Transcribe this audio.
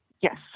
Yes